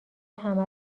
همه